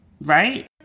right